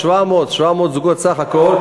700. 700 זוגות בסך הכול.